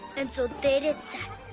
and so there it sat,